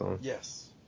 Yes